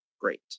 Great